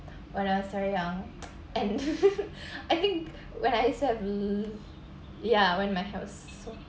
when I was very young and I think when I still have yeah when my hair was